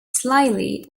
slightly